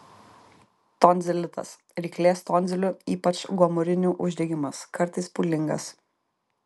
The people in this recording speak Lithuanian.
tonzilitas ryklės tonzilių ypač gomurinių uždegimas kartais pūlingas